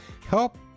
Help